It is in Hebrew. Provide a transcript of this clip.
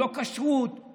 לא כשרות,